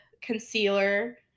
concealer